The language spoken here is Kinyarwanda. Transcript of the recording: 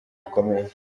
bikomeye